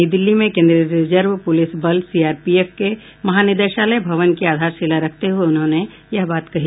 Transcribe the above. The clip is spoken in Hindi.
नई दिल्ली में केन्द्रीय रिजर्व पूलिस बल सीआरपीएफ के महानिदेशालय भवन की आधारशिला रखते हुए उन्होंने यह बात कही